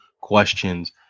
questions